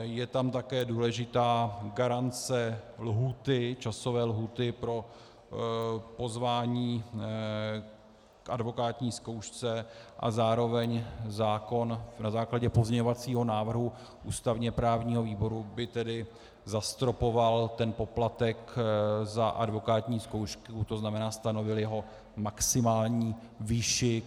Je tam také důležitá garance časové lhůty pro pozvání k advokátní zkoušce a zároveň zákon na základě pozměňovacího návrhu ústavněprávního výboru by tedy zastropoval poplatek za advokátní zkoušku, to znamená, stanovil jeho maximální výši.